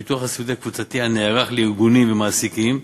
הביטוח הסיעודי הקבוצתי הנערך לארגונים ומעסיקים,